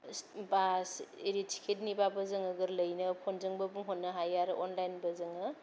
बास ओरै थिकेटनिबाबो जोङो गोरलैयैनो फनजोंबो बुंहरनो हायो आरो अनलाइनबो जोङो